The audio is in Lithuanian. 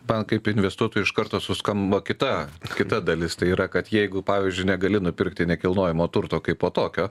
man kaip investuotojui iš karto suskamba kita kita dalis tai yra kad jeigu pavyzdžiui negali nupirkti nekilnojamo turto kaipo tokio